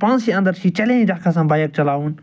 پانسٕے اَنٛدَر چھِ یہِ چَلینج اَکھ آسان بایَک چلاوُن